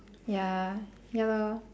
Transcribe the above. ya ya lor